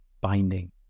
binding